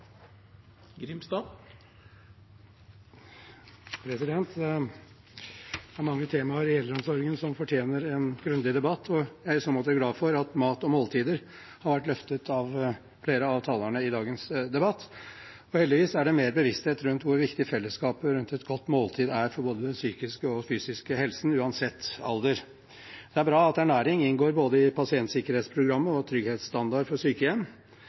Det er mange temaer i eldreomsorgen som fortjener en grundig debatt, og jeg er i så måte glad for at mat og måltider har vært løftet av flere av talerne i dagens debatt. Heldigvis er det større bevissthet om hvor viktig fellesskapet rundt et godt måltid er for både den psykiske og fysiske helsen, uansett alder. Det er bra at ernæring inngår både i pasientsikkerhetsprogrammet og i trygghetsstandard for sykehjem,